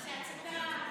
מה זה, הצתה?